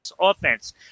offense